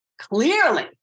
Clearly